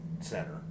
center